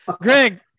Greg